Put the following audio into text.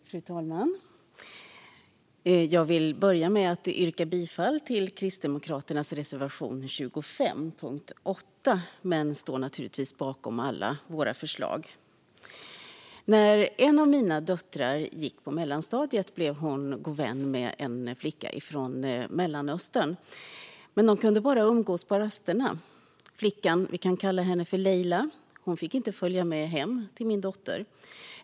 Fru talman! Jag vill börja med att yrka bifall till Kristdemokraternas reservation 25 under punkt 8 men står naturligtvis bakom alla våra reservationer. När en av mina döttrar gick i mellanstadiet blev hon god vän med en flicka från Mellanöstern, men de kunde bara umgås på rasterna. Flickan - vi kan kalla henne Leila - fick inte följa med hem till min dotter.